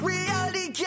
Reality